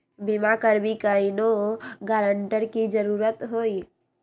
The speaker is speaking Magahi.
बिमा करबी कैउनो गारंटर की जरूरत होई?